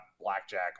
Blackjack